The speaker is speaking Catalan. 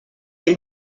ell